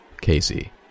Casey